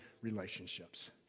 relationships